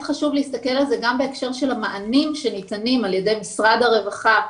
להסתכל על זה גם בהקשר של המענים שניתנים על ידי משרד הרווחה,